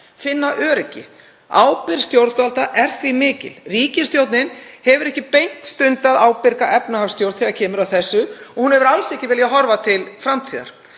finna öryggi. Ábyrgð stjórnvalda er því mikil. Ríkisstjórnin hefur ekki beint stundað ábyrga efnahagsstjórn þegar kemur að þessu og hún hefur alls ekki viljað horfa til framtíðar.